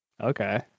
Okay